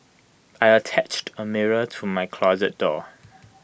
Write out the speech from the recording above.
I attached A mirror to my closet door